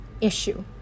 Issue